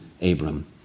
Abram